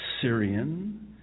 Syrian